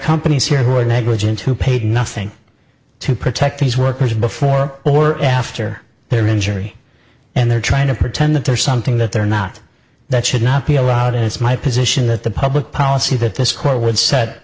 companies here who were negligent who paid nothing to protect these workers before or after their injury and they're trying to pretend that there's something that they're not that should not be allowed and it's my position that the public policy that this court would set